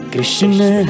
Krishna